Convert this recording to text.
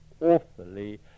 awfully